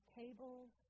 tables